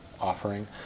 offering